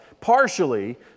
partially